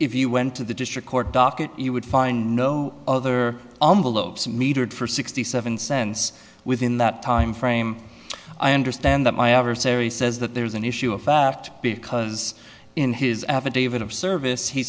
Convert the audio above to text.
if you went to the district court docket you would find no other metered for sixty seven cents within that time frame i understand that my adversary says that there's an issue of fact because in his affidavit of service he